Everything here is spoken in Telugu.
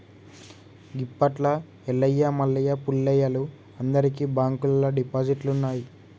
గిప్పట్ల ఎల్లయ్య మల్లయ్య పుల్లయ్యలు అందరికి బాంకుల్లల్ల డిపాజిట్లున్నయ్